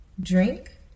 Drink